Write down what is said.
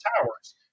towers